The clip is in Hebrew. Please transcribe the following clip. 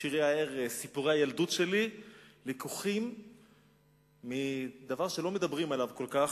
שירי הערש וסיפורי הילדות שלי לקוחים מדבר שלא מדברים עליו כל כך,